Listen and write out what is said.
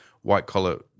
white-collar